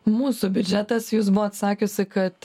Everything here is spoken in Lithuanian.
mūsų biudžetas jus buvot sakiusi kad